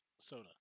soda